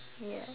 ya